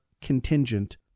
contingent